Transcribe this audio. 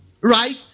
Right